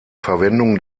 verwendung